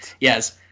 Yes